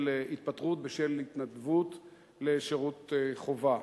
התפטרות בשל התנדבות לשירות חובה.